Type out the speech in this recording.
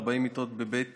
40 מיטות בבית